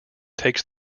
takes